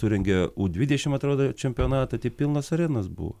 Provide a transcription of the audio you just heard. surengė u dvidešim atrodo čempionatą tai pilnos arenos buvo